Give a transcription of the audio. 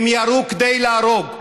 הם ירו כדי להרוג.